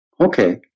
Okay